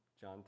John